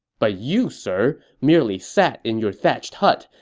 but you, sir, merely sat in your thatched hut,